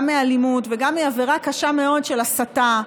גם מאלימות וגם מעבירה קשה מאוד של הסתה,